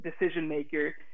decision-maker